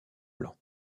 blanc